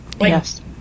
Yes